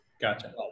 gotcha